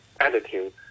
attitude